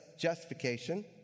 justification